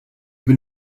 been